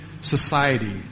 society